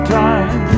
time